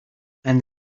and